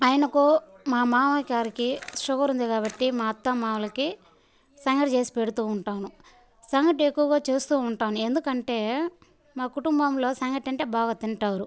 ఆయనకు మా మామయ్య గారికి షుగర్ ఉంది కాబట్టి మా అత్తమామలకి సంగటి చేసి పెడుతూ ఉంటాను సంగటి ఎక్కువగా చేస్తూ ఉంటాను ఎందుకంటే మా కుటుంబంలో సంగటి అంటే బాగా తింటారు